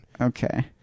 Okay